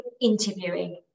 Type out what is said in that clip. interviewing